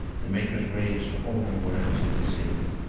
the maker's rage to order words of the sea,